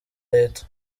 leta